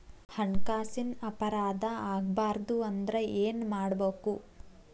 ಹಣ್ಕಾಸಿನ್ ಅಪರಾಧಾ ಆಗ್ಬಾರ್ದು ಅಂದ್ರ ಏನ್ ಮಾಡ್ಬಕು?